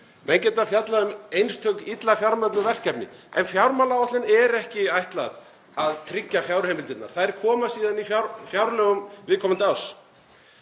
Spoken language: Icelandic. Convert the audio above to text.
Menn geta fjallað um einstök illa fjármögnuð verkefni en fjármálaáætlun er ekki ætlað að tryggja fjárheimildirnar. Þær koma síðan í fjárlögum viðkomandi árs.